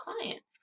clients